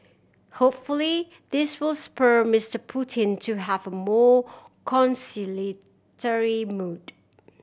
hopefully this will spur Mister Putin to have a more conciliatory mood